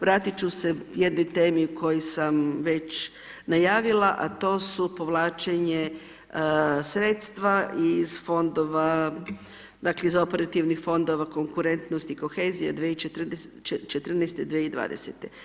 Vratit ću se jednoj temi o kojoj sam već najavila, a to su povlačenje sredstva iz fondova, dakle, iz operativnih fondova konkurentnost i kohezija 2014.-2020.